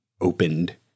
opened